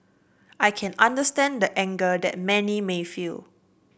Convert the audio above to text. I can understand the anger that many may feel